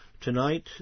tonight